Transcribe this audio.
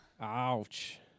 Ouch